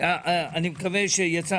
יצא